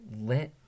Let